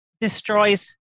destroys